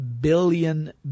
billion